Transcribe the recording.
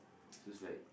so it's like